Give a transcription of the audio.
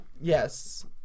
Yes